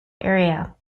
area